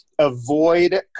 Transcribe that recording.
avoid